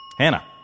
Hannah